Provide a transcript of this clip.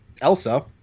Elsa